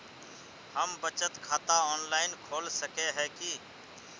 हम बचत खाता ऑनलाइन खोल सके है की?